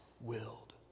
willed